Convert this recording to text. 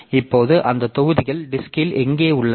இப்போது அந்த தொகுதிகள் டிஸ்க்ல் எங்கே உள்ளன